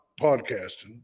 podcasting